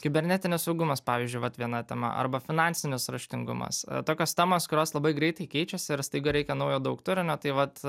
kibernetinis saugumas pavyzdžiui vat viena tema arba finansinis raštingumas tokios temos kurios labai greitai keičiasi ir staiga reikia naujo daug turinio tai vat